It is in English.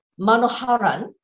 Manoharan